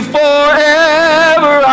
forever